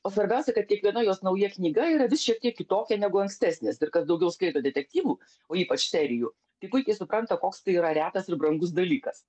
o svarbiausia kad kiekviena jos nauja knyga yra vis šiek tiek kitokia negu ankstesnės ir kas daugiau skaito detektyvų o ypač serijų tai puikiai supranta koks tai yra retas ir brangus dalykas